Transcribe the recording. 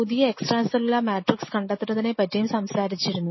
പുതിയ extra cellular matrix കണ്ടെത്തുന്നത്തിനെ പറ്റിയും സംസാരിച്ചിരുന്നു